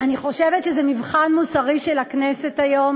אני חושבת שזה מבחן מוסרי של הכנסת היום